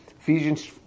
Ephesians